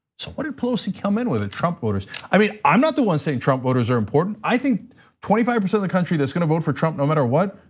so what did pelosi come in with at trump voters? i mean, i'm not the one saying trump voters are important. i think twenty five percent the country that's gonna vote for trump no matter what.